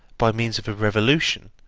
by means of a revolution,